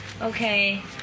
Okay